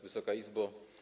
Wysoka Izbo!